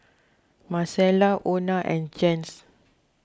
Marcella Ona and Jens